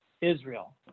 Israel